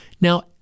Now